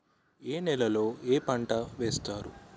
ఏ నేలలో ఏ పంట వేస్తారు?